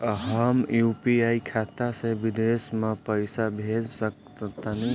हम यू.पी.आई खाता से विदेश म पइसा भेज सक तानि?